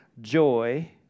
joy